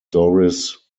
doris